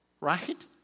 right